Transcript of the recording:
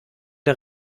der